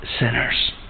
sinners